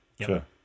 Sure